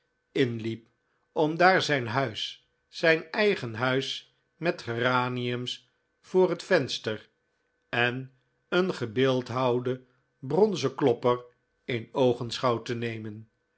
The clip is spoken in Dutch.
in hep om daar zijn huis zijn eigen huis met geraniums voor het venster en een gebeeldhouwden bronzen klopper in oogenschouw te nemen